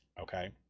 Okay